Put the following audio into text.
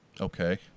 Okay